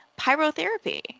pyrotherapy